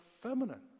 feminine